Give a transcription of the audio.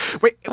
Wait